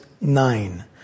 nine